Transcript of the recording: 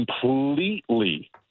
completely